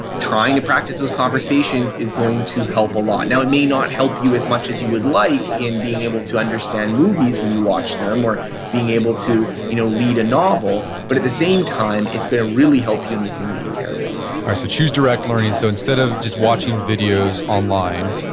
trying to practice those conversations is going to help a lot. now it may not help you as much as you would like in being able to understand movies when you watch them or being able to you know read a novel, but at the same time it's going to really help you in the thing that you care about all right, so choose direct learning. so instead of just watching videos online,